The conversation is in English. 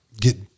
get